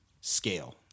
scale